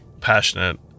passionate